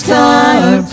time